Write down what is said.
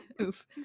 Oof